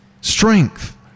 Strength